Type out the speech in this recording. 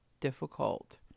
difficult